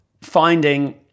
finding